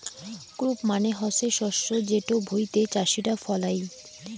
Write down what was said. crop মানে হসে শস্য যেটো ভুঁইতে চাষীরা ফলাই